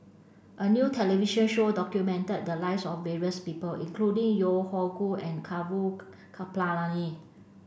a new television show documented the lives of various people including Yeo Hoe Koon and Gaurav Kripalani